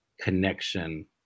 connection